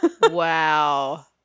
Wow